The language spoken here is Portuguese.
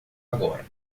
agora